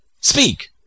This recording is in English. Speak